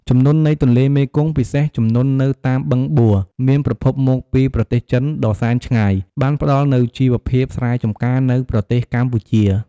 ជំនន់នៃទន្លេមេគង្គ ពិសេសជំនន់នៅតាមបឹងបួរ មានប្រភពមកពីប្រទេសចិនដ៏សែនឆ្ងាយបានផ្តល់នូវជីវភាពស្រែចម្ការនៅប្រទេសកម្ពុជា។